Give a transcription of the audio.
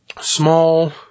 small